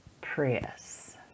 Prius